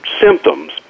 symptoms